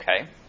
Okay